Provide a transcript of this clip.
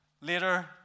Later